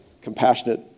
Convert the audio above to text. compassionate